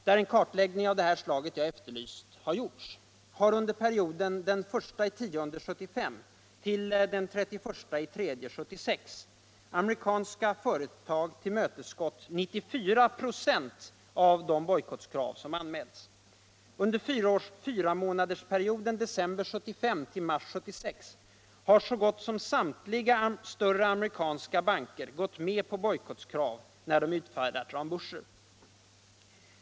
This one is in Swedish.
där en kartläggning av det stlag jag efterlyst har gjorts, har under perioden I oktober 1975-31 mars 1976 amerikanska företag tillmötesgått 94 5 av de bojkottkrav som anmälts. Under fyramånadersperioden december 1975-mars 1976 har så gott som samtliga större amerikanska banker gått med på bojkottkrav när de utfärdat remburser.